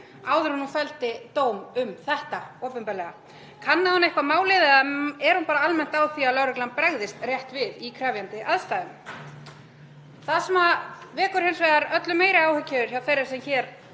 áður en hún felldi dóm um þetta opinberlega. Kannaði hún eitthvað málið eða er hún bara almennt á því að lögreglan bregðist rétt við í krefjandi aðstæðum? Það sem vekur hins vegar öllu meiri áhyggjur hjá þeirri sem hér